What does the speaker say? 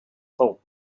thought